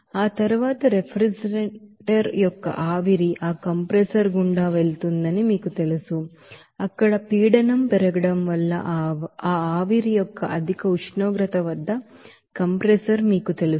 ఆ తరువాత రిఫ్రిజిరేటర్ యొక్క ఆవిరి ఆ కంప్రెసర్ గుండా వెళుతుందని మీకు తెలుసు అక్కడ ప్రెషర్ పెరగడం వల్ల ఈ ఆవిరి యొక్క అధిక ఉష్ణోగ్రత వద్ద కంప్రెసర్ మీకు తెలుసు